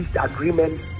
agreement